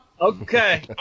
Okay